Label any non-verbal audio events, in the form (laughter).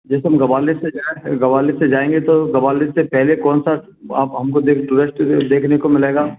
जैसे हम गवाले से जाएँ गवाले से जाएँगे तो गवाले से पहले कौन सा आप हमको देख (unintelligible) देखने को मिलेगा